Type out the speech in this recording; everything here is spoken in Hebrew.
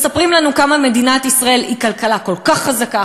מספרים לנו כמה מדינת ישראל היא כלכלה כל כך חזקה,